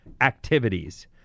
activities